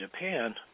Japan